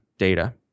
Data